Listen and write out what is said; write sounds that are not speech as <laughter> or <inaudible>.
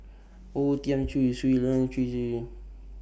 O Thiam Chin Shui Lan Chu <unintelligible>